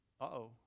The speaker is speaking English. Uh-oh